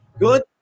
Good